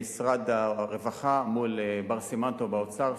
משרד הרווחה מול בר סימן טוב מהאוצר.